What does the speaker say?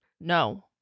No